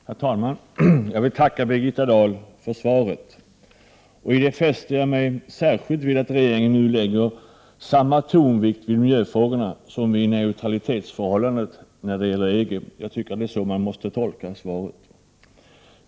Herr talman! Jag tackar Birgitta Dahl för svaret. Jag fäster mig här särskilt vid att regeringen nu lägger samma tonvikt vid miljöfrågorna som vid neutralitetsförhållandet när det gäller EG. Det är väl så man måste tolka svaret.